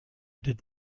did